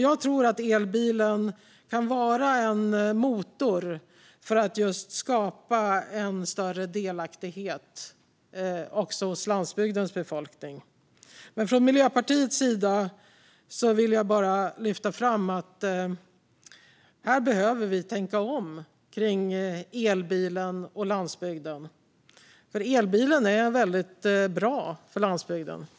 Jag tror att elbilen kan vara en motor för att skapa en större delaktighet också hos landsbygdens befolkning. Från Miljöpartiets sida vill jag lyfta fram att vi behöver tänka om när det gäller elbilen och landsbygden, för elbilen är väldigt bra för landsbygden.